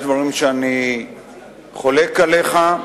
יש דברים שאני חולק עליך,